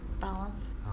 Balance